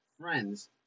friends